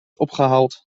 opgehaald